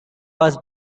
was